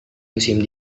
musim